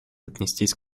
отнестись